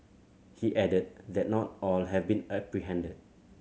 he added that not all have been apprehended